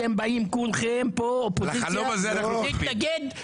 אתם באים כולכם פה אופוזיציה להתנגד,